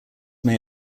may